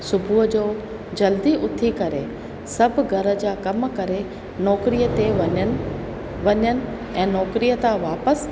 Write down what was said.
सुबुह जो जल्दी उथी करे सभु घर जा कम करे नौकिरीअ ते वञनि वञनि ऐं नौकिरीअ था वापसि